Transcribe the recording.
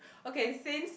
okay since